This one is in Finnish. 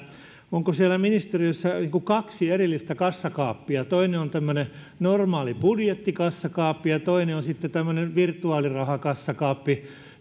onko siellä ministeriössä niin kuin kaksi erillistä kassakaappia joista toinen on tämmöinen normaali budjettikassakaappi ja toinen on sitten tämmöinen virtuaalirahakassakaappi